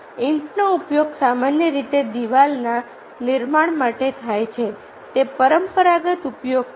ઈંટનો ઉપયોગ સામાન્ય રીતે દિવાલના નિર્માણ માટે થાય છે તે પરંપરાગત ઉપયોગ છે